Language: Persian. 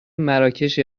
مراکش